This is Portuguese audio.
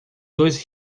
dois